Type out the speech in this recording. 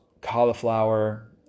cauliflower